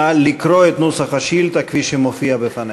נא לקרוא את נוסח השאילתה כפי שמופיע בפניך.